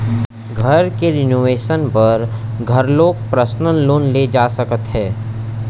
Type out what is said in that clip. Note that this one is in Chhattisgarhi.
घर के रिनोवेसन बर घलोक परसनल लोन ले जा सकत हे